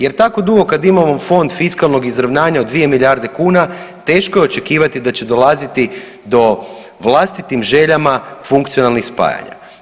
Jer tako dugo kad imamo Fond fiskalnog izravnanja od 2 milijarde kuna teško je očekivati da će dolaziti do vlastitim željama funkcionalnih spajanja.